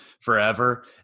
forever